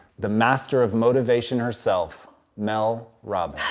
the master of motivation herself mel robbins.